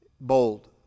bold